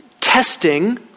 testing